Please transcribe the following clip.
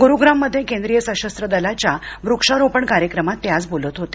गुरूग्राम मध्ये केंद्रीय सशस्त्र दलाच्या वृक्षारोपण कार्यक्रमात ते आज बोलत होते